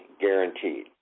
guaranteed